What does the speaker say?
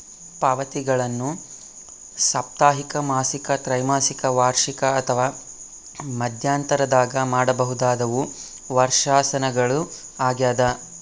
ಪಾವತಿಗಳನ್ನು ಸಾಪ್ತಾಹಿಕ ಮಾಸಿಕ ತ್ರೈಮಾಸಿಕ ವಾರ್ಷಿಕ ಅಥವಾ ಮಧ್ಯಂತರದಾಗ ಮಾಡಬಹುದಾದವು ವರ್ಷಾಶನಗಳು ಆಗ್ಯದ